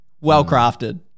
well-crafted